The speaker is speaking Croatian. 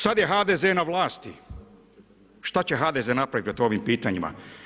Sad je HDZ na vlasti, šta će HDZ napraviti pred ovim pitanjima?